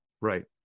Right